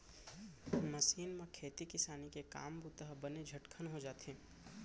machine म खेती किसानी के काम बूता ह बने झटकन हो जाथे